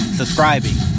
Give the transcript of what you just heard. subscribing